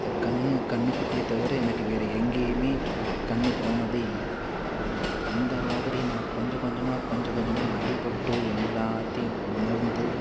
இந்த கண்ணு கன்றுக்குட்டிய தவிர எனக்கு வேறு எங்கேயுமே கண்ணு போனதே இல்லை அந்த மாதிரி நான் கொஞ்ச கொஞ்சமாக கொஞ்ச கொஞ்சமாக அடிப்பட்டு எல்லாத்தையும் உணர்ந்து